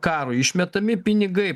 karui išmetami pinigai